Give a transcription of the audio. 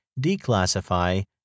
declassify